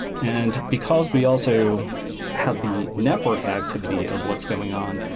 and because we also have the network activity of what's going on,